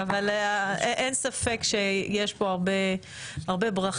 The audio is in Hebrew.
אבל אין ספק שיש פה הרבה ברכה,